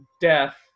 death